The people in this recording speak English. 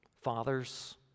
fathers